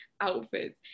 outfits